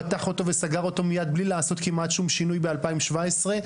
פתח אותו וסגר אותו מייד בלי לעשות כמעט שום שינוי ב-2017.